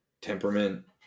temperament